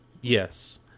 yes